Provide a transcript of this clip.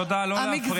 תודה, לא להפריע.